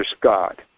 God